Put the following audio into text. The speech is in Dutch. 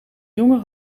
jongen